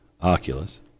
oculus